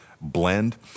blend